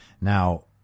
Now